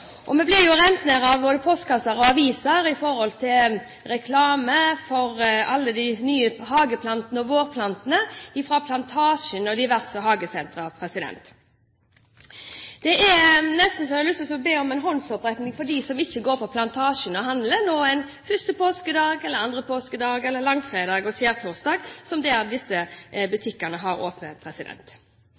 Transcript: blir vi rent ned av reklame for alle de nye hageplantene og vårplantene fra Plantasjen og diverse andre hagesentre. Det er nesten så jeg har lyst til å be om en håndsopprekning fra dem som ikke går på Plantasjen og handler 1. påskedag, 2. påskedag, langfredag eller skjærtorsdag, når disse butikkene har